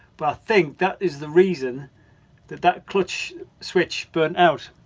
but i think that is the reason that that clutch switch burned out.